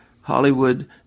Hollywood